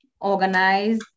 organize